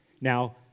Now